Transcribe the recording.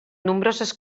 nombroses